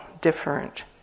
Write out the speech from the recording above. different